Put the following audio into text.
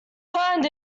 turned